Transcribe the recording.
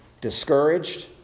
discouraged